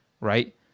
right